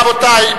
רבותי,